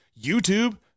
YouTube